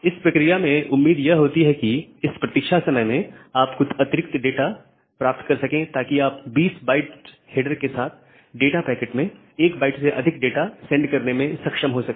इस प्रक्रिया में उम्मीद यह होती है कि इस प्रतीक्षा समय में आप कुछ अतिरिक्त डेटा प्राप्त कर सकें ताकि आप 20 बाइट्स हेडर के साथ डाटा पैकेट में 1 बाइट से अधिक डाटा सेंड करने में सक्षम हो सकें